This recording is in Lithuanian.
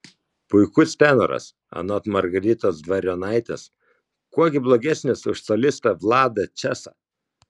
puikus tenoras anot margaritos dvarionaitės kuo gi blogesnis už solistą vladą česą